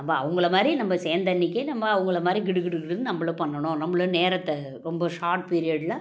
நம்ம அவங்கள மாதிரி நம்ம சேர்ந்தன்னைக்கே நம்ம அவங்கள மாதிரி கிடுகிடுகிடுன்னு நம்மளும் பண்ணணும் நம்மளும் நேரத்தை ரொம்ப ஷார்ட் பீரியடில்